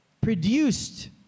produced